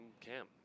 Cam